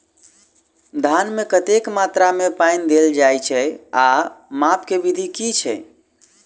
धान मे कतेक मात्रा मे पानि देल जाएँ छैय आ माप केँ विधि केँ छैय?